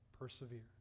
persevere